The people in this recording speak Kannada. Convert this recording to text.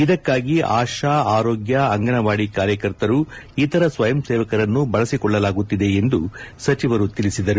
ಇದಕ್ಕಾಗಿ ಆಶಾ ಆರೋಗ್ಯ ಅಂಗನವಾದಿ ಕಾರ್ಯಕರ್ತರು ಇತರ ಸ್ವಯಂ ಸೇವಕರನ್ನು ಬಳಸಿಕೊಳ್ಳಲಾಗುತ್ತಿದೆ ಎಂದು ಅವರು ತಿಳಿಸಿದರು